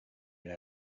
been